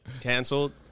canceled